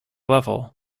level